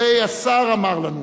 הרי השר אמר לנו: